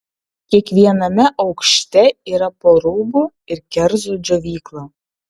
kiekviename aukšte yra po rūbų ir kerzų džiovyklą